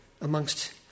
amongst